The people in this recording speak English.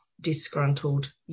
disgruntled